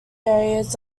areas